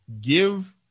give